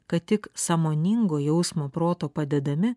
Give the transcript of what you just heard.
kad tik sąmoningo jausmo proto padedami